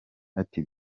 ati